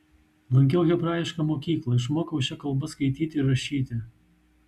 lankiau hebrajišką mokyklą išmokau šia kalba skaityti ir rašyti